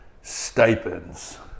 stipends